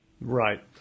right